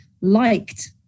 liked